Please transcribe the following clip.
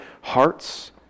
hearts